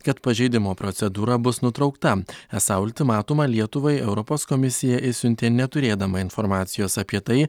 kad pažeidimo procedūra bus nutraukta esą ultimatumą lietuvai europos komisija išsiuntė neturėdama informacijos apie tai